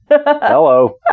Hello